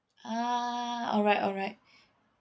ah alright alright